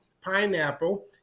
pineapple